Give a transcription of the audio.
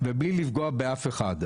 מבלי לפגוע באף אחד,